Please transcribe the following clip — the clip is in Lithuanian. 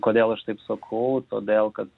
kodėl aš taip sakau todėl kad